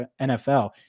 NFL